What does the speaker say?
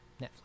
Netflix